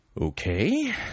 Okay